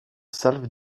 salve